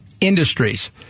industries